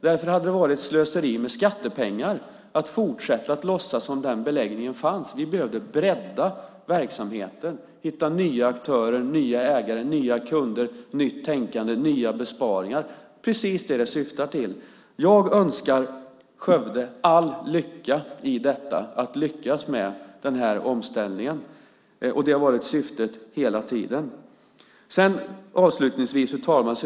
Därför hade det varit slöseri med skattepengar att fortsätta att låtsas som att den beläggningen fanns. Vi behövde bredda verksamheten och hitta nya aktörer, nya ägare, nya kunder, nytt tänkande och nya besparingar. Det är precis det som det syftar till. Jag önskar Skövde all lycka i omställningen. Detta har varit syftet hela tiden. Fru talman!